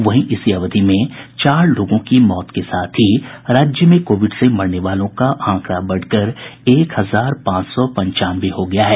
वहीं इसी अवधि में चार लोगों की मौत के साथ ही राज्य में कोविड से मरने वालों का आंकड़ा बढ़कर एक हजार पांच सौ पंचानवे हो गया है